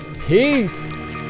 Peace